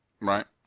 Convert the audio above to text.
Right